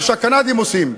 מה שהקנדים עושים.